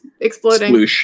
exploding